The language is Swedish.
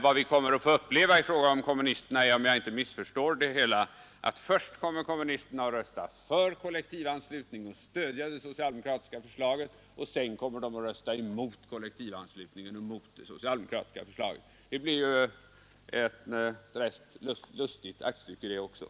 Vad vi kommer att få uppleva blir, om jag inte har missförstått det hela, att kommunisterna först kommer att rösta för en kollektivanslutning, och alltså stödja det socialdemokratiska förslaget, och sedan kommer att rösta emot kollektivanslutningen och mot det socialdemokratiska förslaget. — Det blir ju ett rätt lustigt teaterstycke, det också.